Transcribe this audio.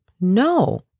No